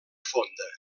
fonda